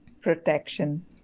Protection